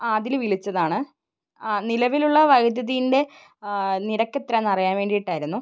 ആ അതിൽ വിളിച്ചതാണ് ആ നിലവിലുള്ള വൈദ്യുതിൻ്റെ നിരക്ക് എത്രയാണെന്ന് അറിയാൻ വേണ്ടിയിട്ടായിരുന്നു